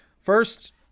First